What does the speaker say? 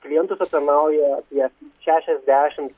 klientus aptarnauja apie šešiasdešimt